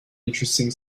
interesting